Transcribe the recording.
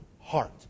heart